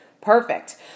Perfect